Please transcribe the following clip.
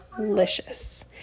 Delicious